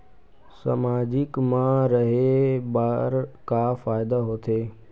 सामाजिक मा रहे बार का फ़ायदा होथे?